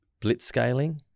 Blitzscaling